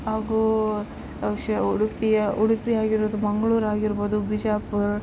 ಹಾಗೂ ಷ್ ಉಡುಪಿಯ ಉಡುಪಿ ಆಗಿರೋದು ಮಂಗ್ಳೂರು ಆಗಿರ್ಬೌದು ಬಿಜಾಪುರ